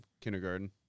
kindergarten